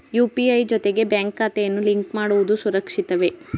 UPI ಜೊತೆಗೆ bank ಖಾತೆಯನ್ನು link ಮಾಡುವುದು ಸುರಕ್ಷಿತವೇ?